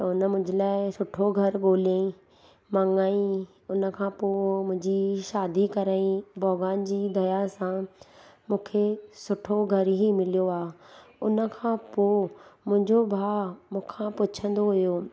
त उन मुंहिंजे लाइ सुठो घर ॻोल्हियईं मङिणाई उनखां पोइ मुंहिंजी शादी कराईं भॻवानु जी दया सां मूंखे सुठो घरु ई मिलियो आहे उनखां पोइ मुंहिंजो भाउ मूंखां पुछंदो हुयो